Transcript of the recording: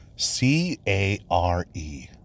C-A-R-E